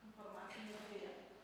informacinėje erdvėje